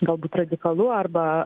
galbūt radikalu arba